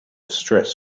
stress